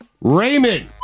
Raymond